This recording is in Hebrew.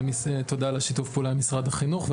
תודה על שיתוף הפעולה עם משרד החינוך.